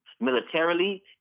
militarily